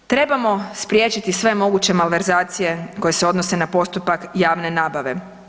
Trebamo spriječiti sve moguće malverzacije koje se odnose na postupak javne nabave.